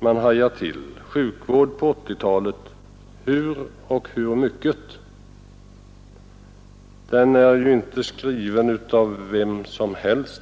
man hajar till: ”Sjukvård på 80-talet hur och hur mycket?” Och boken är inte skriven av vem som helst.